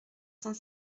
cent